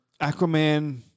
Aquaman